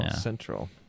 Central